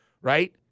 right